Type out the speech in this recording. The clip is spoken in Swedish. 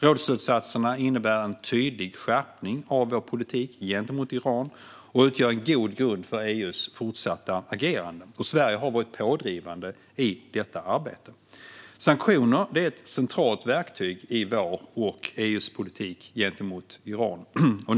Rådsslutsatserna innebär en tydlig skärpning av vår politik gentemot Iran och utgör en god grund för EU:s fortsatta agerande, och Sverige har varit pådrivande i detta arbete. Sanktioner är ett centralt verktyg i vår och i EU:s politik gentemot Iran.